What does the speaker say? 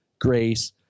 grace